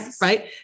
right